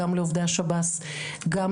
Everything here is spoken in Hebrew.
גם